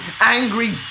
angry